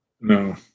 No